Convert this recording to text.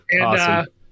Awesome